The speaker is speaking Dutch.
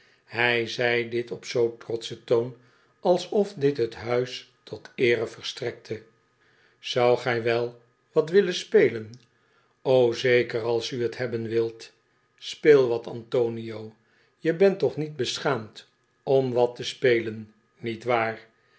hij zei dit op zoo trotschen toon alsof dit t huis tot eere verstrekte zou hij wel wat willen spelen o zeker als u t hebben wilt speel wat antonio je bent toch niet beschaamd om wat te spelen niet waar